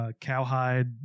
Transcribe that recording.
cowhide